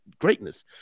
greatness